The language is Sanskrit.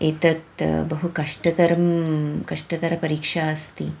एतत् बहुकष्टकरं कष्टतरपरीक्षा अस्ति